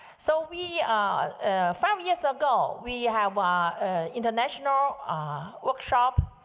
so, we are five years ago, we have ah international ah workshop.